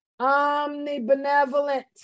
Omnibenevolent